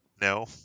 No